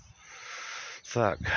Fuck